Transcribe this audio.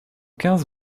quinze